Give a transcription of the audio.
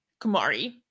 Kumari